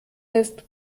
ist